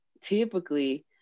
typically